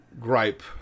gripe